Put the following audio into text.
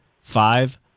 five